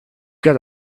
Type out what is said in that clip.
got